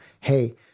hey